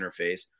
interface